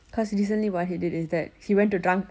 cause recently what he did was that he went to drunk